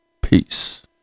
peace